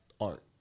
art